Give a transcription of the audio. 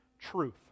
truth